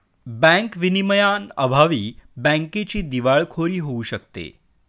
bank विनियमांअभावी बँकेची दिवाळखोरी होऊ शकते